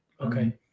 Okay